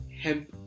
hemp